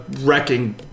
wrecking